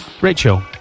Rachel